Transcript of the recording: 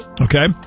Okay